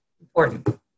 important